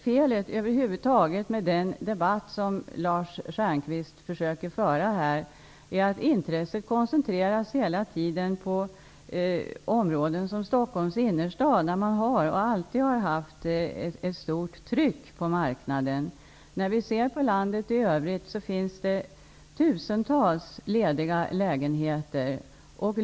Felet med den debatt som Lars Stjernkvist försöker föra här är att hans intresse hela tiden koncentrerar sig på områden som Stockholms innerstad, där det finns och alltid har funnits ett stort tryck på marknaden. När vi ser till landet i övrigt finns det tusentals lediga lägenheter.